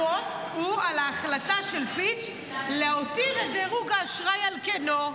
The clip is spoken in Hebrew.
הפוסט הוא על ההחלטה של פיץ' להותיר את דירוג האשראי על כנו.